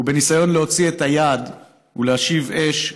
ובניסיון להוציא את היד ולהשיב אש,